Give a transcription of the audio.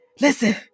listen